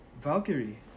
valkyrie